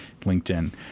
LinkedIn